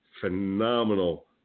phenomenal